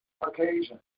occasion